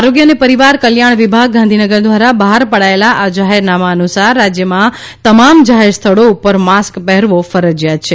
આરોગ્ય અને પરિવાર કલ્યાણ વિભાગ ગાંધીનગર દ્વારા બહાર પડાયેલા આ જાહેરનામા અનુસાર રાજ્યમાં તમામ જાહેર સ્થળો ઉપર માસ્ક પહેરવો ફરજીયાત છે